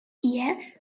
yes